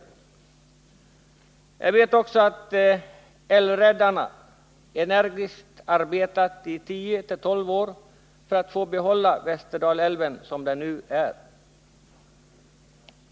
Vidare vet jag att älvräddarna energiskt arbetat i tio tolv år för att få behålla Västerdalälven som den nu är.